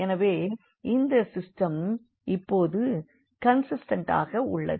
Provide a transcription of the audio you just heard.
எனவே இந்த சிஸ்டம் இப்போது கண்சிஸ்டன்டாக உள்ளது